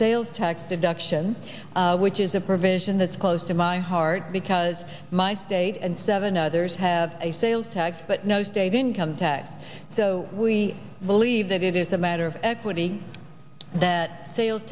sales tax deduction which is a provision that's close to my heart because my state and seven others have a sales tax but no state income tax so we believe that it is a matter of equity that sales